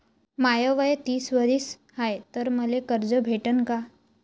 माय वय तीस वरीस हाय तर मले कर्ज भेटन का?